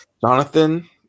Jonathan